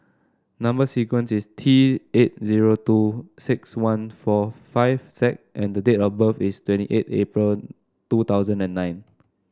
number sequence is T eight zero two six one four five Z and the date of birth is twenty eight April two thousand and nine